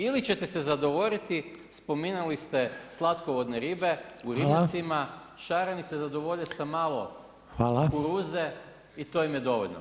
Ili ćete se zadovoljiti, spominjali ste slatkovodne ribe u ribnjacima [[Upadica Reiner: Hvala.]] šarani se zadovolje sa malo kuruze i to im je dovoljno.